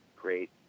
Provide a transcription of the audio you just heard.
great